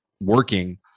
working